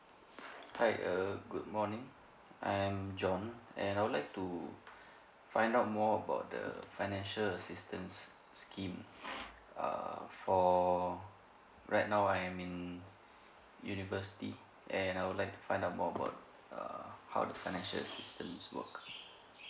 hi err good morning I'm john and I would like to find out more about the financial assistance s~ scheme err for right now I am in university and I would like find out more about err how the financial assistance work